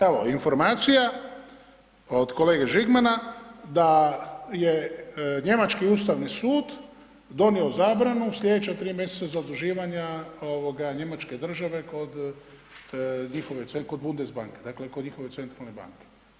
Evo, informacija od kolege Žigmana da je njemački Ustavni sud donio zabranu sljedeća 3 mjeseca zaduživanja njemačke države kod njihove .../nerazumljivo/... kod Bundesbanke, dakle kod njihove centralne banke.